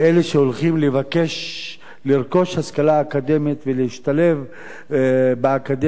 שהולכים לבקש לרכוש השכלה אקדמית ולהשתלב באקדמיה,